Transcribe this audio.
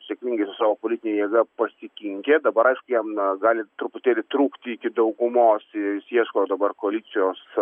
sėkmingai su savo politine jėga pasikinkė dabar aišku jam gali truputėlį trūkti iki daugumos jis ieško dabar koalicijos